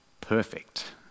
perfect